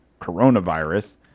coronavirus